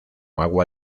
agua